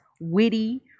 witty